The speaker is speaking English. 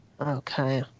Okay